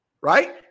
right